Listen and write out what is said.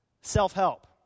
self-help